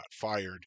fired